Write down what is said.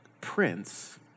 Prince